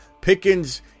Pickens